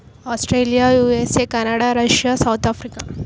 Australia USA Canada Russia South Africa